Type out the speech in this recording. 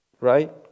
Right